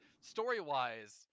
story-wise